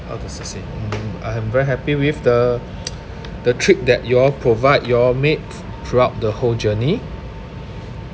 how does I say mm I am very happy with the the trip that you all provide you all made throughout the whole journey